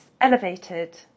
elevated